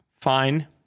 Fine